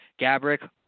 Gabrick